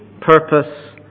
purpose